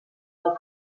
del